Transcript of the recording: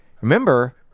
remember